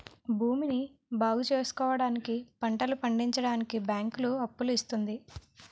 భూమిని బాగుచేసుకోవడానికి, పంటలు పండించడానికి బ్యాంకులు అప్పులు ఇస్తుంది